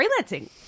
freelancing